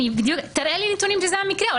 תראה לי נתונים שזה המקרה.